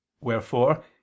Wherefore